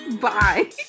Bye